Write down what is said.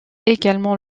également